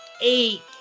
eight